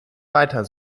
weiter